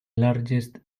largest